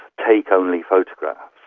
take only photographs'.